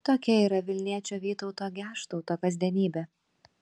tokia yra vilniečio vytauto geštauto kasdienybė